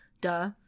Duh